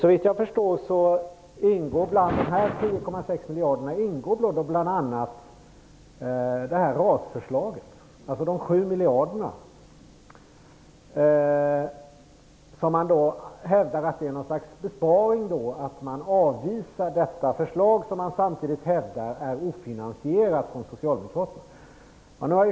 Såvitt jag förstår ingår i de 10,6 miljarderna bl.a. RAS-förslaget, dvs. Man hävdar alltså att det innebär något slags besparing att man avvisar detta förslag, som man samtidigt hävdar är ofinansierat av Socialdemokraterna.